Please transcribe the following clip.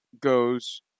goes